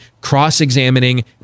cross-examining